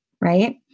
right